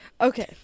Okay